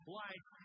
life